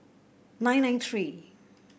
nine nine three